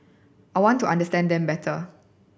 I want to understand them better